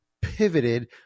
pivoted